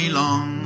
long